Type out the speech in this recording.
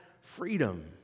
freedom